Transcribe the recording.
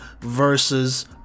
versus